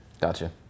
Gotcha